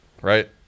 right